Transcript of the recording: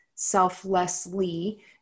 selflessly